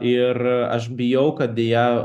ir aš bijau kad deja